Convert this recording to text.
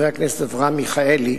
חבר הכנסת אברהם מיכאלי,